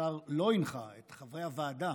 השר לא הנחה את חברי הוועדה